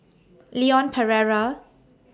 Leon Perera